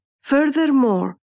Furthermore